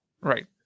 Right